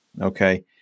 Okay